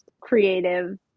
creative